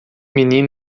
menino